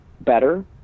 better